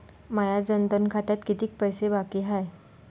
माया जनधन खात्यात कितीक पैसे बाकी हाय?